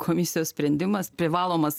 komisijos sprendimas privalomas